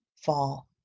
fall